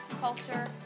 culture